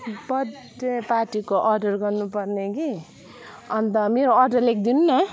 birth day पार्टीको order गर्नु पर्ने कि अन्त मेरो अर्डर लेखिदिनु न